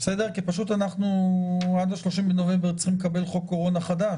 כי פשוט עד ה-30 בנובמבר צריכים לקבל חוק קורונה חדש,